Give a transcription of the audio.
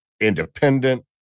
independent